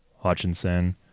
Hutchinson